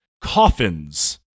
coffins